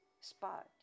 spot